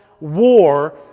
War